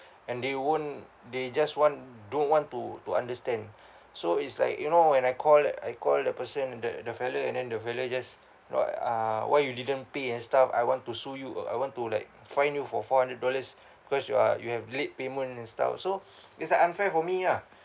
and they won't they just want don't want to to understand so it's like you know when I call I call the person the the fella and then the fella just why uh why you didn't pay and stuff I want to sue you uh I want to like fine you for four hundred dollars cause you are you have late payment and stuff so it's like unfair for me ah